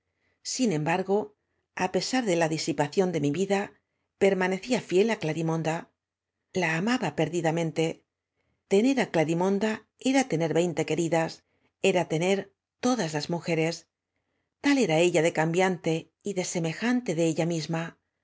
sin embargo á pesar de la di sipación de mi vida permanecía ñel á clarimon da la amaba perdidamente tener á ciarimon da era tener veinte queridas era tener todas las mujeres tal era ella de cambiante y desemejante de ella misma